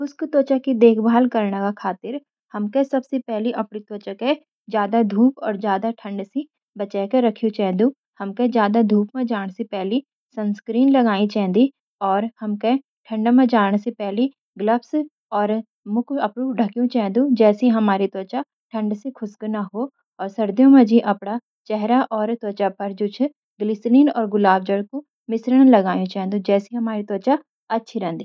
खुश्क त्वचा की देखभाल करण का खातिर हमके सबसी पहली अपडे त्वचा के ज्यादा धूप और ज्यादा ठंड सी बचाए के रखूं चे दु। हमके ज्यादा धूप म जान सी पहली सनस्क्रीन लगाई चैंदी और हमके ठंडा म जान सी पहली ग्लव्स और मुख आपडू ढकयूं छेदूं जैसी हमारी त्वचा ठंड सी खुश्क न हो, और सर्दियों माजी अपड़ा चेहरा पर ग्लीसरीन और ग़ुलाब जल कु मिश्रण लगयू चैंदु जैसी हमारी त्वचा अच्छी रेनदी।